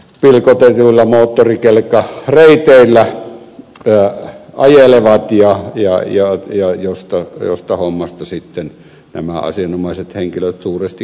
ylipäätään kannata mikkeli ja yö oli joilla pilkotetuilla moottorikelkkareiteillä ajellaan mistä hommasta sitten nämä asianomaiset henkilöt suuresti varmaan nauttivat